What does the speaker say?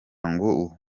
ngo